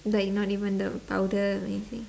like not even the powder or anything